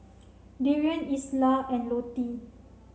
Darien Isla and Lottie